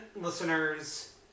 listeners